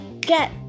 get